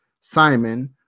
Simon